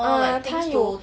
uh 他有